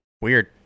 Weird